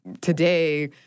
today